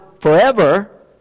forever